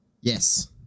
yes